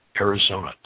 Arizona